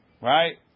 Right